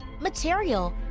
material